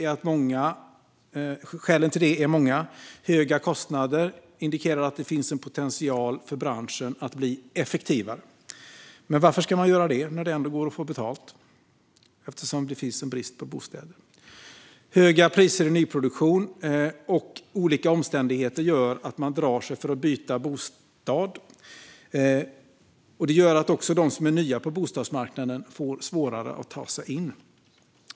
Orsakerna till det är många. Höga kostnader indikerar att det finns en potential för branschen att bli effektivare. Men varför ska man bli det, när det ändå går att få betalt? Det finns ju en brist på bostäder. Höga priser i nyproduktion och olika omständigheter som gör att man drar sig för att byta bostad gör att de som är nya på bostadsmarknaden får svårare att ta sig in.